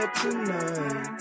tonight